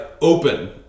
open